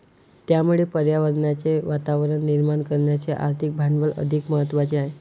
त्यामुळे पर्यावरणाचे वातावरण निर्माण करण्याचे आर्थिक भांडवल अधिक महत्त्वाचे आहे